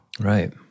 right